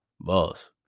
boss